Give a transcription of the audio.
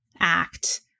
act